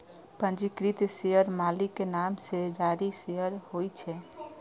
पंजीकृत शेयर मालिक के नाम सं जारी शेयर होइ छै